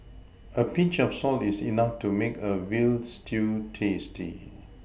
a Pinch of salt is enough to make a veal stew tasty